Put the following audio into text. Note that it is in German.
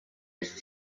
ist